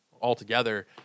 altogether